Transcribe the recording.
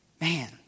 Man